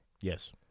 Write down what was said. Yes